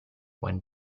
when